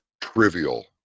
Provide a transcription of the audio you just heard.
trivial